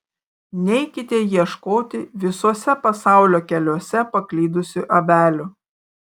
neikite ieškoti visuose pasaulio keliuose paklydusių avelių